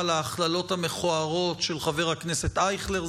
של ההכללות המכוערות של חבר הכנסת אייכלר,